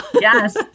Yes